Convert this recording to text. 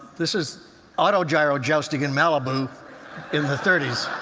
this is auto-gyro jousting in malibu in the thirty s.